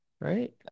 right